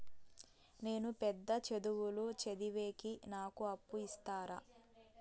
నేను పెద్ద చదువులు చదివేకి నాకు అప్పు ఇస్తారా